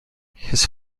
his